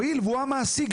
הואיל והוא המעסיק.